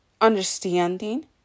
understanding